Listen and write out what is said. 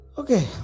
okay